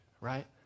right